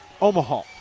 Omaha